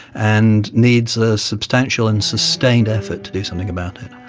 and needs a substantial and sustained effort to do something about it.